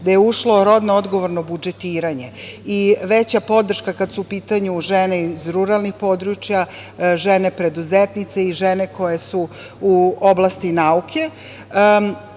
gde je ušlo rodno odgovorno budžetiranje i veća podrška, kada su u pitanju žene iz ruralnih područja, žene preduzetnice i žene koje su u oblasti nauke,